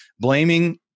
blaming